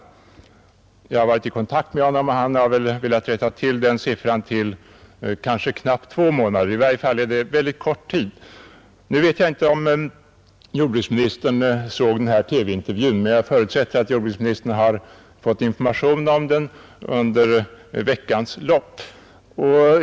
Jag har sedan varit i kontakt med direktör Mårtensson, och han ville då ändra på den tidsuppgiften till ”knappt två månader”. I vilket fall som helst är det sålunda fråga om en mycket kort tid. Jag vet inte om jordbruksministern såg denna TV-intervju, men jag förutsätter att statsrådet har fått information om den under tiden därefter.